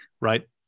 right